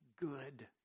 good